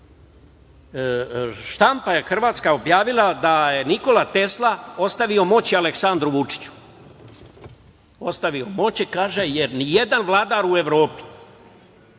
štampa hrvatska je objavila da je Nikola Tesla ostavio moći Aleksandru Vučiću. Ostavio je moći, kaže, jer nijedan vladar u Evropi